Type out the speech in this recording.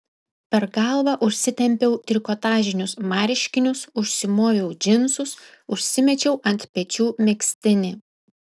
per galvą užsitempiau trikotažinius marškinius užsimoviau džinsus užsimečiau ant pečių megztinį